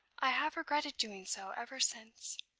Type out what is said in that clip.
i have regretted doing so ever since.